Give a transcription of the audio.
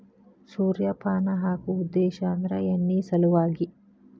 ಸೂರ್ಯಪಾನ ಹಾಕು ಉದ್ದೇಶ ಅಂದ್ರ ಎಣ್ಣಿ ಸಲವಾಗಿ